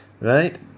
Right